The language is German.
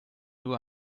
nur